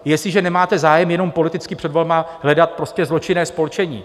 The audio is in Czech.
Jestliže nemáte zájem, jenom politicky před volbami hledat prostě zločinné spolčení...